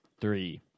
Three